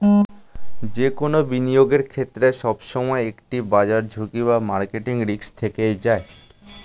যে কোনো বিনিয়োগের ক্ষেত্রে, সবসময় একটি বাজার ঝুঁকি বা মার্কেট রিস্ক থেকেই যায়